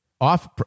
off